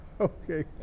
Okay